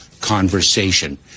conversation